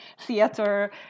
theater